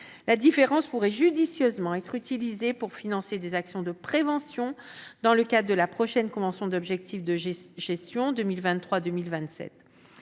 La différence pourrait judicieusement être utilisée pour financer des actions de prévention dans le cadre de la prochaine convention d'objectifs et de gestion 2023-2027.